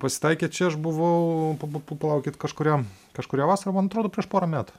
pasitaikė čia aš buvau papa palaukit kažkuriam kažkurią vasarą man atrodo prieš porą metų